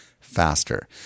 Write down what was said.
faster